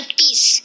peace